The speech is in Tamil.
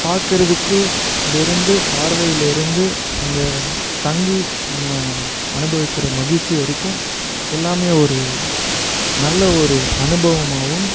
பார்க்குறதுக்குலிருந்து பார்வையிலிருந்து அங்கே தங்கி நம்ம அனுபவிக்கிற மகிழ்ச்சி வரைக்கும் எல்லாமே ஒரு நல்ல ஒரு அனுபவமாகவும்